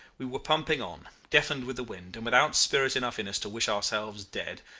we were pumping on, deafened with the wind, and without spirit enough in us to wish ourselves dead,